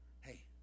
Hey